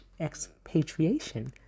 expatriation